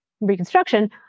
reconstruction